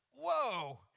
whoa